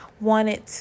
wanted